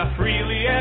freely